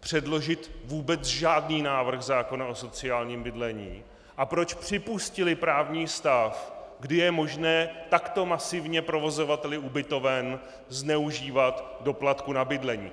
předložit vůbec žádný návrh zákona o sociálním bydlení a proč připustily právní stav, kdy je možné takto masivně provozovateli ubytoven zneužívat doplatků na bydlení.